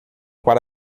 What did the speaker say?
para